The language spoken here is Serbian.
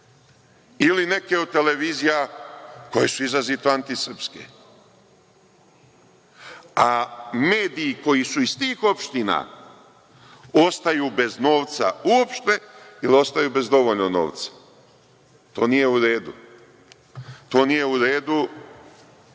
Ili neke od televizija koje su izrazito antisrpske, a mediji koji su iz tih opština ostaju bez novca uopšte ili ostaju bez dovoljno novca. To nije u redu da neka opština